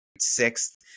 sixth